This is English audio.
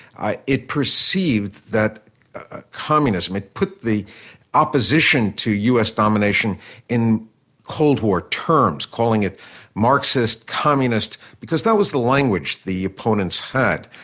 it perceived that communism, it put the opposition to us domination in cold war terms, calling it marxist, communist, because that was the language the opponents had,